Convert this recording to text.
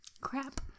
Crap